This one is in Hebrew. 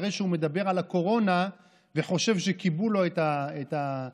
אחרי שהוא מדבר על הקורונה וחושב שכיבו לו את הווידיאו,